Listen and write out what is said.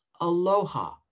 aloha